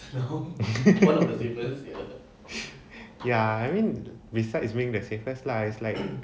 ya I mean besides being the safest lah is like